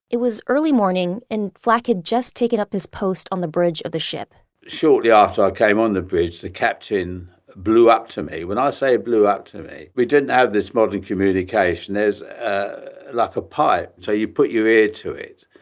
it was early morning and flack had just taken up his post on the bridge of the ship shortly after i came on the bridge, the captain blew up to me. when i say blew up to me, we didn't have this modern communication. there's like a pipe so you put your ear to it.